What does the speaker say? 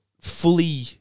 fully